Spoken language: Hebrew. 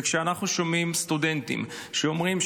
וכשאנחנו שומעים סטודנטים שאומרים: